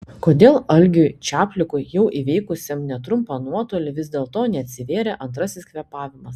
kodėl algiui čaplikui jau įveikusiam netrumpą nuotolį vis dėlto neatsivėrė antrasis kvėpavimas